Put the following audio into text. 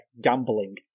gambling